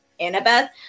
Annabeth